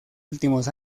últimos